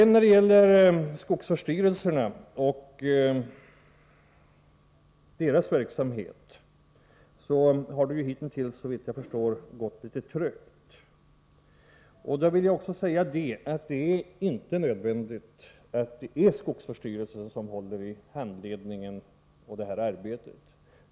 När det gäller skogsvårdsstyrelserna och deras verksamhet har det hittills, såvitt jag förstår, gått litet trögt. Då vill jag också säga att det är inte nödvändigt att skogsvårdsstyrelsen håller i handledningen och arbetet.